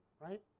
right